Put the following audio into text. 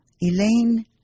Elaine